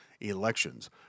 elections